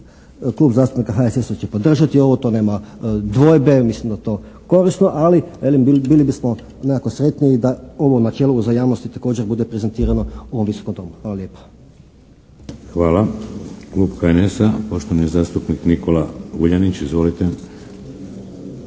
Klub zastupnika HSS-a će podržati ovo. To nema dvojbe. Mislim da je to korisno, ali velim bili bismo nekako sretniji da ovo načelo uzajamnosti također bude prezentirano u ovom Visokom domu. **Šeks, Vladimir (HDZ)** Hvala. Klub HNS-a. Poštovani zastupnik Nikola Vuljanić. Izvolite.